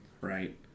right